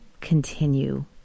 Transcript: continue